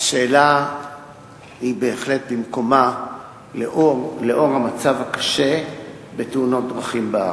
השאלה היא בהחלט במקומה לאור המצב הקשה בתאונות דרכים בארץ.